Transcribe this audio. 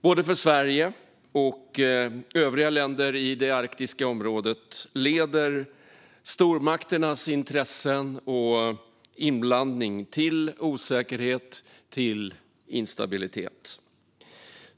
Både för Sverige och för övriga länder i det arktiska området leder stormakternas intressen och inblandning till osäkerhet och instabilitet.